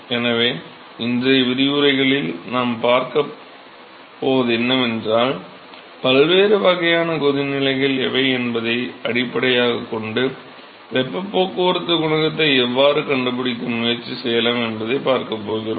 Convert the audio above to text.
எனவே இன்றைய விரிவுரைகளில் நாம் பார்க்கப் போவது என்னவென்றால் பல்வேறு வகையான கொதிநிலைகள் எவை என்பதை அடிப்படையாகக் கொண்டு வெப்பப் போக்குவரத்துக் குணகத்தை எவ்வாறு கண்டுபிடிக்க முயற்சி செய்யலாம் என்பதைப் பார்க்கப் போகிறோம்